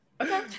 Okay